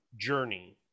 journey